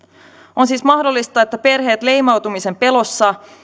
on siis mahdollista että perheet leimautumisen pelossa